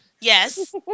Yes